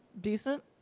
decent